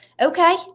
okay